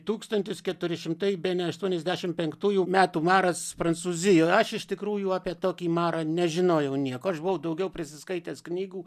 tūkstantis keturi šimtai bene aštuoniasdešimt penktųjų metų maras prancūzijoj aš iš tikrųjų apie tokį marą nežinojau nieko aš buvau daugiau prisiskaitęs knygų